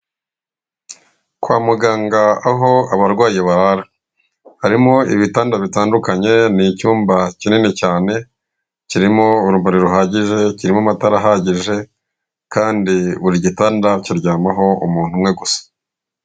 Kwa muganga aho abarwayi barara, harimo ibitanda bitandukanye ni icyumba kinini cyane kirimo urumuri ruhagije, kirimo amatara ahagije kandi buri gitanda kiryamaho umuntu umwe gusa.